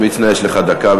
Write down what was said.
מצנע, יש לך דקה.